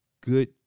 good